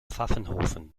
pfaffenhoffen